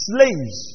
Slaves